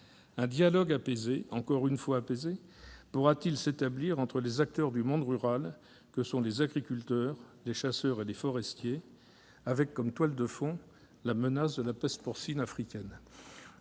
un dialogue apaisé pourra-t-il s'établir entre les acteurs du monde rural que sont les agriculteurs, les chasseurs et les forestiers, avec comme toile de fond la menace de la peste porcine africaine ?